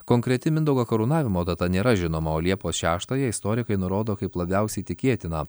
konkreti mindaugo karūnavimo data nėra žinoma o liepos šeštąją istorikai nurodo kaip labiausiai tikėtiną